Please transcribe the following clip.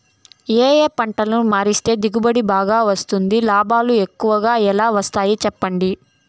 ఏ ఏ పంటలని మారిస్తే దిగుబడి బాగా వస్తుంది, లాభాలు ఎక్కువగా ఎలా వస్తాయి సెప్పండి